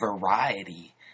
variety